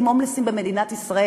חלקם כבר נאלצו בטח להמשיך הלאה.